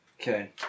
Okay